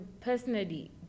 personally